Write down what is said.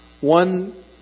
One